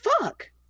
fuck